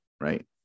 right